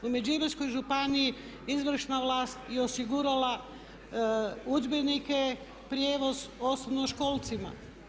U Međimurskoj županiji izvršna vlast je osigurala udžbenike, prijevoz osnovnoškolcima.